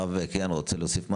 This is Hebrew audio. הרב קיהן, תרצה להוסיף משהו?